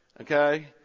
okay